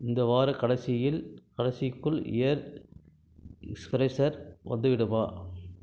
இந்த வார கடைசியில் கடைசிக்குள் ஏர் ஃப்ரெஷ்ஷர் வந்துவிடுமா